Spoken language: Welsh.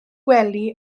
gwely